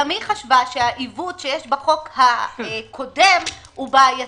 גם היא חשבה שהעיוות שיש בחוק הקודם הוא בעייתי,